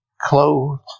clothed